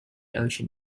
ocean